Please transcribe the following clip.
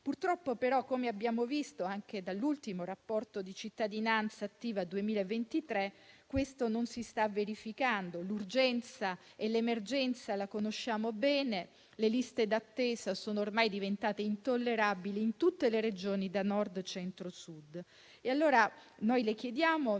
Purtroppo, però, come abbiamo visto anche dall'ultimo rapporto di Cittadinanzattiva del 2023, questo non si sta verificando. L'urgenza e l'emergenza le conosciamo bene, le liste d'attesa sono ormai diventate intollerabili in tutte le Regioni del Nord,